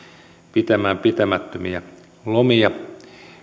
pitämään pitämättömiä lomia